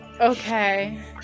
Okay